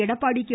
Edappadi K